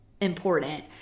important